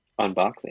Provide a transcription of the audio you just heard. unboxing